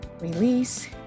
release